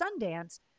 Sundance